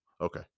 okay